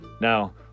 now